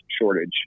shortage